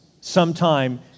sometime